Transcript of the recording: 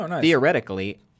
theoretically